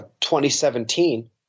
2017